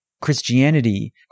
Christianity